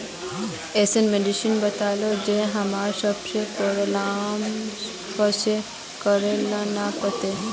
ऐसन मेडिसिन बताओ जो हम्मर सबके प्रॉब्लम फेस करे ला ना पड़ते?